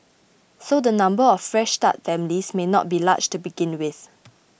so the number of Fresh Start families may not be large to begin with